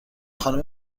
خانم